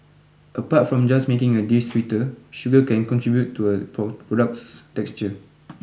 apart from just making a dish sweeter sugar can contribute to a product's texture